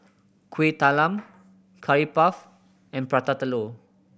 Kueh Talam Curry Puff and Prata Telur